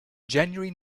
january